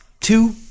two